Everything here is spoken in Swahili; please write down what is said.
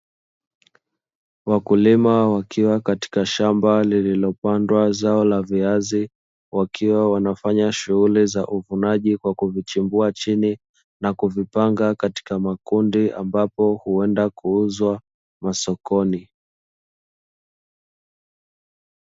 Wakulima wakiwa katika shamba lililopandwa zao la viazi, wakiwa wanafanya shughuli ya uvunaji kwa kuvichimbua chini, na kuvipanga katika makundi ambapo huenda kuuzwa masokoni.